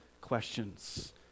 questions